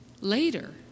Later